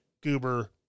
Goober